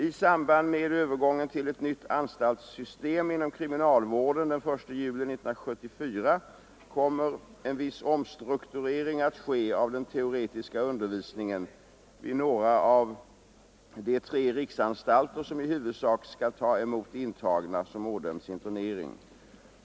I samband med övergången till ett nytt anstaltssystem inom kriminalvården den 1 juli 1974 kommer en viss omstrukturering att ske av den teoretiska undervisningen vid några av de tre riksanstalter som i huvudsak skall ta emot intagna som ådömts internering.